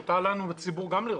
מותר לנו גם בציבור לראות.